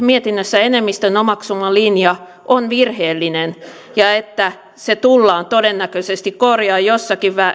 mietinnössä enemmistön omaksuma linja on virheellinen ja että se tullaan todennäköisesti korjaamaan jossakin